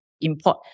import